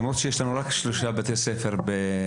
למרות שיש לנו רק שלושה בתי ספר בנגב,